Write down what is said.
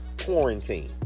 quarantine